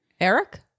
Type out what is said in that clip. Eric